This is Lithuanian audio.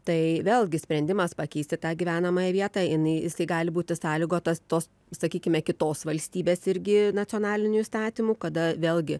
tai vėlgi sprendimas pakeisti tą gyvenamąją vietą jinai tai gali būti sąlygotas tos sakykime kitos valstybės irgi nacionalinių įstatymų kada vėlgi